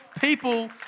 people